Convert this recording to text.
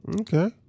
Okay